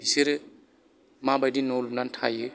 बिसोरो माबादि न' लुनानै थायो